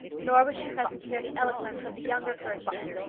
nor was she present to hear the eloquence of the younger clergyman.